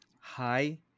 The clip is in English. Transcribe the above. Hi